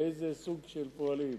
לאיזה סוג של פועלים.